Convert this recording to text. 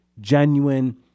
genuine